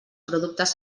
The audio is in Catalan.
productes